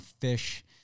fish